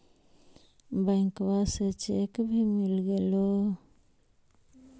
बैंकवा से चेक भी मिलगेलो?